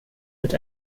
mit